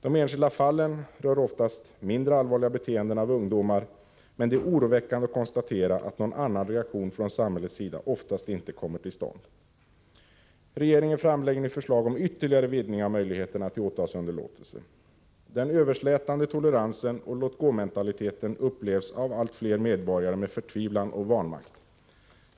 De enskilda fallen rör oftast mindre allvarliga beteenden av ungdomar, men det är oroväckande att konstatera att någon annan reaktion från samhällets sida oftast inte kommer till stånd. Regeringen framlägger nu förslag om ytterligare vidgning av möjligheterna till åtalsunderlåtelse. Den överslätande toleransen och låt-gå-mentalite ten upplevs av allt fler med förtvivlan och vanmakt.